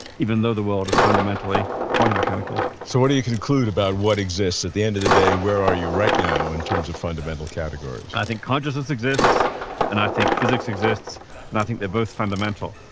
even though the world is fundamentally quantum mechanical. so what do you conclude about what exists? at the end of the day, where are you right now in terms of fundamental categories? i think consciousness exists and i think physics exists and i think they're both fundamental.